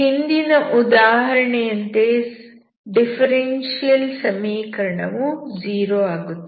ಹಿಂದಿನ ಉದಾಹರಣೆಯಂತೆ ಡಿಫರೆನ್ಷಿಯಲ್ ಸಮೀಕರಣ ವು 0 ಆಗುತ್ತದೆ